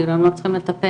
כאילו הם לא צריכים לטפל.